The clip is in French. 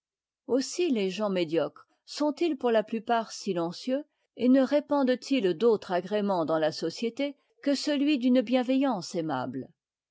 aussi les gens médiocres sont-ils pour la plupart silencieux et ne répandent ils d'autre agrément dans la société que celui d'une bienveillance aimable